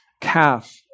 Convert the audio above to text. calf